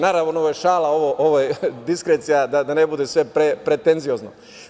Naravno, ovo je šala, ovo je diskrecija, da ne bude sve pretenciozno.